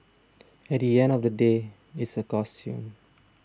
at the end of the day it's a costume